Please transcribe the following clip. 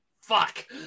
Fuck